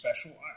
special